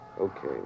Okay